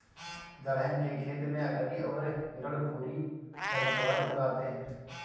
दलहन के खेत में अकरी और हिरणखूरी खरपतवार उग आते हैं